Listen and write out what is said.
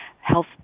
health